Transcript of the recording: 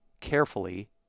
carefully